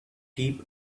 peep